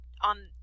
on